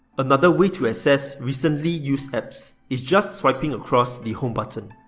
another way to access recently used apps is just swiping across the home button.